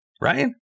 Right